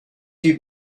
you